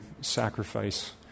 sacrifice